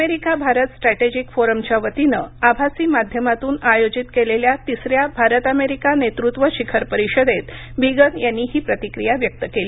America Bharat strategic फोरमच्या वतीनं आभासी माध्यमातून आयोजित केलेल्या तिसऱ्या भारत अमेरिका नेतृत्व शिखर परिषदेत बीगन यांनी ही प्रतिक्रिया व्यक्त केली